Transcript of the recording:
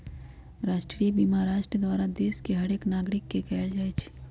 राष्ट्रीय बीमा राष्ट्र द्वारा देश के हरेक नागरिक के कएल जाइ छइ